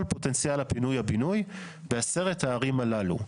פוטנציאל הפינוי בינוי בעשרת הערים הללו.